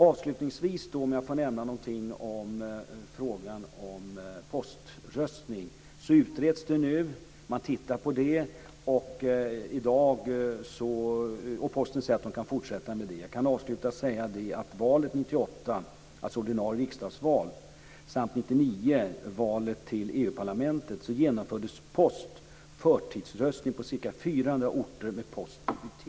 Avslutningsvis vill jag nämna något om frågan om poströstning som nu utreds. Posten säger att man kan fortsätta med det. Jag kan säga att vid det ordinarie riksdagsvalet 1998 och vid valet till Europaparlamentet 1999 så genomfördes förtidsröstning på ca